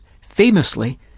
Famously